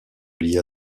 lia